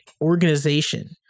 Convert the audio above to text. organization